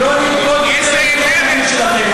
לא נרקוד יותר לפי החליל שלכם.